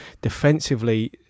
defensively